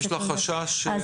יש לה חשש מוצדק מאוד.